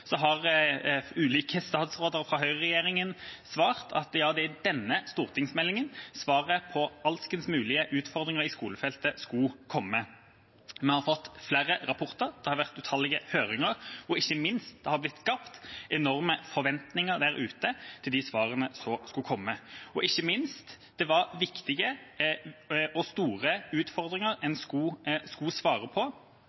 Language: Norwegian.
har ulike statsråder fra høyreregjeringa svart at det er i denne stortingsmeldinga svaret på alskens mulige utfordringer på skolefeltet skulle komme. Vi har fått flere rapporter, det har vært utallige høringer, og ikke minst har det blitt skapt enorme forventninger der ute til de svarene som skulle komme. Det var viktige og store utfordringer en